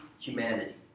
humanity